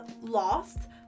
lost